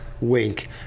Wink